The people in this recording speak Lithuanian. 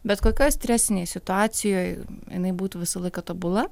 bet kokioj stresinėj situacijoj jinai būtų visą laiką tobula